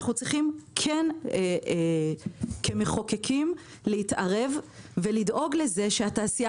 אנחנו צריכים כמחוקקים להתערב ולדאוג לזה שהתעשייה